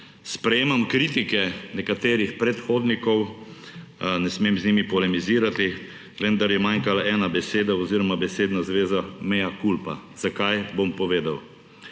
Sprejemam kritike nekaterih predhodnikov, ne smem z njimi polemizirati, vendar je manjkala ena beseda oziroma besedna zveza mea culpa. Zakaj? Bom povedal.